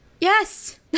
Yes